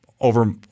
Over